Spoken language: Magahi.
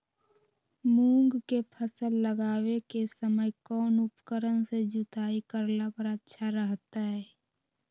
मूंग के फसल लगावे के समय कौन उपकरण से जुताई करला पर अच्छा रहतय?